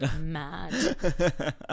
mad